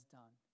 done